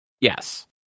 Yes